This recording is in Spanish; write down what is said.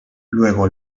luego